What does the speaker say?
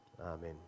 Amen